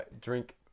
drink